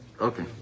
okay